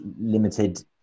limited